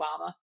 Obama